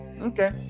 okay